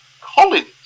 ...Collins